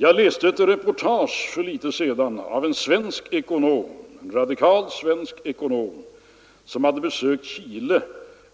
Jag läste för litet sedan ett reportage av en radikal svensk ekonom, som hade besökt Chile